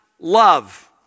love